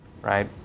right